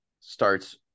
starts